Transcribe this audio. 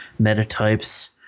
metatypes